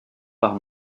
par